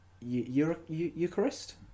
Eucharist